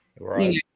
Right